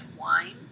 wine